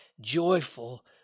joyful